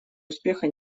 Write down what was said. успеха